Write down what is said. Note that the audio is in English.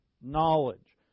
knowledge